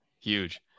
huge